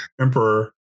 Emperor